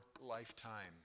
lifetime